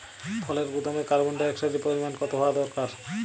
ফলের গুদামে কার্বন ডাই অক্সাইডের পরিমাণ কত হওয়া দরকার?